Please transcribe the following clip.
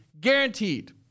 guaranteed